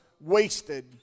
wasted